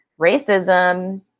racism